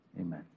amen